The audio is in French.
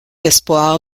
espoir